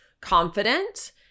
confident